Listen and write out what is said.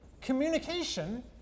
communication